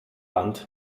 wand